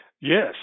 Yes